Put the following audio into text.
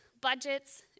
budgets